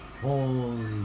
Holy